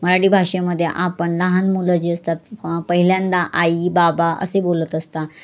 मराठी भाषेमध्ये आपण लहान मुलं जे असतात पहिल्यांदा आई बाबा असे बोलत असता